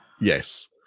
Yes